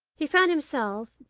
he found himself,